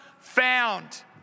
found